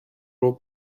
ربع